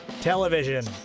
television